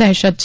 દહેશત છે